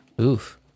Oof